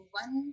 one